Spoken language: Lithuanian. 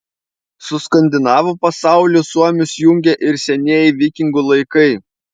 su skandinavų pasauliu suomius jungia ir senieji vikingų laikai